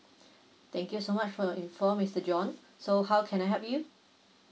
thank you so much for your info mister john so how can I help you